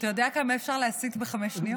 אתה יודע כמה אפשר להסית בחמש שניות?